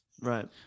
Right